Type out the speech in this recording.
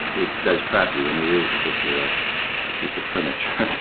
it does trap you and it is as if you're a piece of furniture